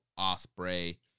Osprey